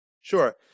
sure